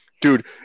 dude